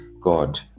God